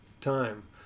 time